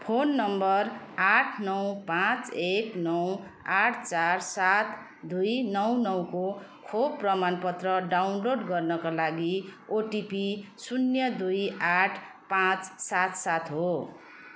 phone number आठ नौ पाँच एक नौ आठ चार सात दुई नौ नौको खोप प्रमाणपत्र डाउनलोड गर्नको लागि ओटिपी शून्य दुई आठ पाँच सात सात हो